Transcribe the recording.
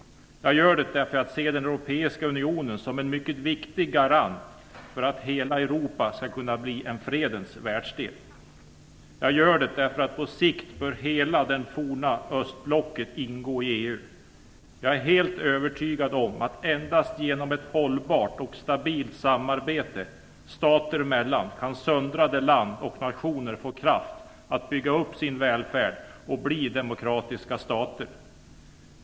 Jag gör det därför att jag ser den europeiska unionen som en mycket viktig garant för att hela Europa skall kunna bli en fredens världsdel. Jag gör det därför att på sikt bör hela det forna östblocket ingå i EU. Jag är helt övertygad om att endast genom ett hållbart och stabilt samarbete, stater emellan, kan söndrade länder och nationer få kraft att bygga upp sin välfärd och bli demokratiska stater.